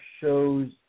shows